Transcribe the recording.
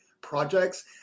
projects